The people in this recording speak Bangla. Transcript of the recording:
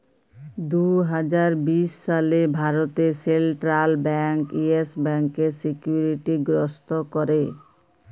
দু হাজার বিশ সালে ভারতে সেলট্রাল ব্যাংক ইয়েস ব্যাংকের সিকিউরিটি গ্রস্ত ক্যরে